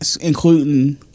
Including